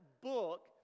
book